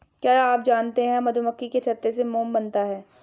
क्या आप जानते है मधुमक्खी के छत्ते से मोम बनता है